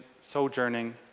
sojourning